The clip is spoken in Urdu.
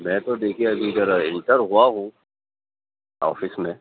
میں تو دیکھیے ابھی اِدھر انٹر ہُوا ہوں آفس میں